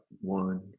one